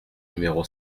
numéro